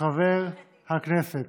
חבר הכנסת